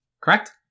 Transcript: Correct